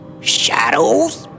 Shadows